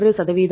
அது 27